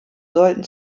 sollten